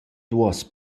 duos